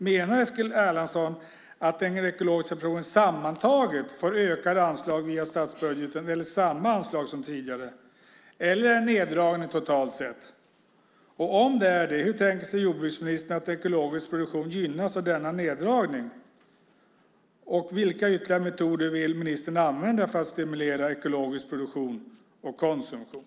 Menar Eskil Erlandsson att den ekologiska produktionen sammantaget får ökade anslag via statsbudgeten eller samma anslag som tidigare, eller är det en neddragning totalt sett? Om det är så, hur tänker sig jordbruksministern att ekologisk produktion gynnas av denna neddragning? Vilka ytterligare metoder vill ministern använda för att stimulera ekologisk produktion och konsumtion?